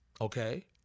okay